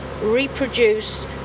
reproduce